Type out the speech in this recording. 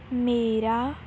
ਮੇਰਾ